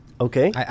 Okay